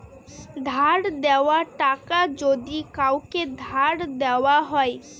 ধার দেওয়া টাকা যদি কাওকে ধার দেওয়া হয়